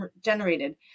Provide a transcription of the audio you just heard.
generated